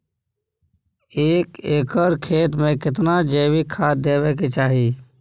एक एकर खेत मे केतना जैविक खाद देबै के चाही?